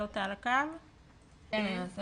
הלוי